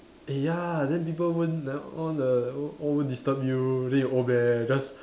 eh ya then people won't then all the o~ o~ won't disturb you then you old man just